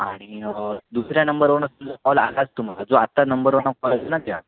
आणि दुसऱ्या नंबरवरनं कॉल आलाच तुम्हाला जो आता नंबरवरनं